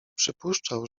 przypuszczał